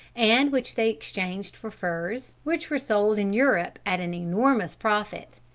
and which they exchanged for furs, which were sold in europe at an enormous profit.